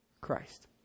Christ